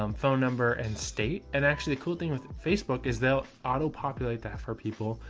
um phone number and state. and actually the cool thing with facebook is they'll autopopulate that for people.